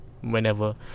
whenever